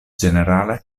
ĝenerala